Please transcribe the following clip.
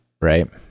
right